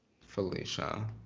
Felicia